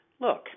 look